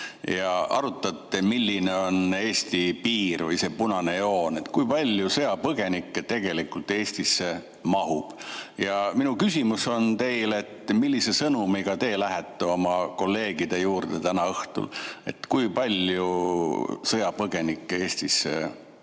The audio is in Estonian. ja arutate, milline on Eesti piir või punane joon, kui palju sõjapõgenikke tegelikult Eestisse mahub. Ja minu küsimus on teile: millise sõnumiga te lähete oma kolleegide juurde täna õhtul, et kui palju sõjapõgenikke Eestisse mahub?